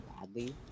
badly